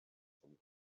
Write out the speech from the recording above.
vom